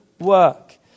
work